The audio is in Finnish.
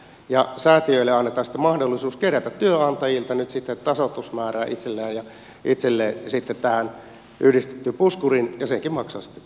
säätiöille annetaan sitten mahdollisuus kerätä työnantajilta nyt sitä tasoitusmäärää itselleen tähän yhdistettyyn puskuriin ja senkin maksaa sitten työnantaja